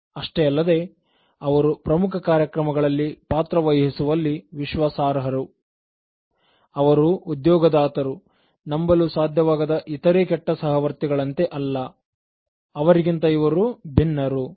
ಅಷ್ಟೇ ಅಲ್ಲದೆ ಅವರು ಪ್ರಮುಖ ಕಾರ್ಯಕ್ರಮಗಳಲ್ಲಿ ಪಾತ್ರವಹಿಸುವಲ್ಲಿ ವಿಶ್ವಾಸಾರ್ಹರು ಅವರು ಉದ್ಯೋಗದಾತರು ನಂಬಲು ಸಾಧ್ಯವಾಗದ ಇತರೆ ಕೆಟ್ಟ ಸಹವರ್ತಿ ಗಳಂತೆ ಅಲ್ಲ ಅವರಿಗಿಂತ ಇವರು ಭಿನ್ನರು